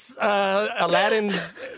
Aladdin's